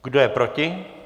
Kdo je proti?